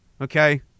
Okay